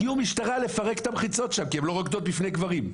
הגיעו משטרה לפרק את המחיצות שם כי הן לא רוקדות בפני גברים.